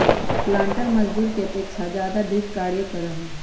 पालंटर मजदूर के अपेक्षा ज्यादा दृढ़ कार्य करा हई